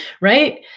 right